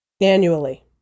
Annually